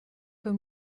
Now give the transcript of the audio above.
für